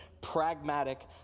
pragmatic